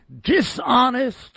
dishonest